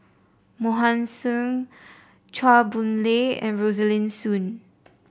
Mohan Singh Chua Boon Lay and Rosaline Soon